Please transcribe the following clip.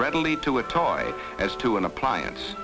readily to a toy as to an appliance